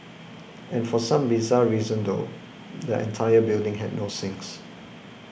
and for some bizarre reason though the entire building had no sinks